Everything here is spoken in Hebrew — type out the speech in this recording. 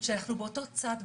באותו צד,